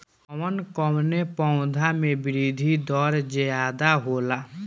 कवन कवने पौधा में वृद्धि दर ज्यादा होला?